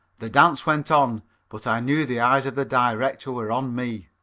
the dance went on but i knew the eyes of the director were on me.